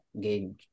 game